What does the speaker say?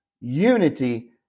unity